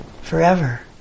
forever